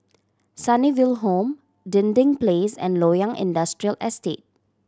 Sunnyville Home Dinding Place and Loyang Industrial Estate